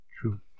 true